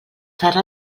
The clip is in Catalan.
serà